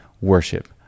worship